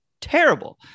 terrible